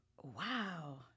Wow